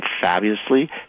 fabulously